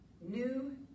new